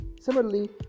Similarly